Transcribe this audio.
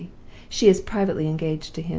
she is privately engaged to him.